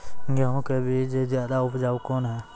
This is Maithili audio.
गेहूँ के बीज ज्यादा उपजाऊ कौन है?